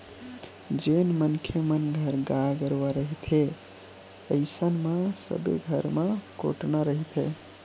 जेन मनखे मन घर गाय गरुवा रहिथे अइसन म सबे घर म कोटना रहिथे